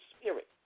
spirit